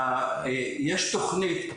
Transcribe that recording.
יש תכנית,